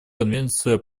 конвенция